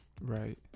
Right